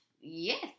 yes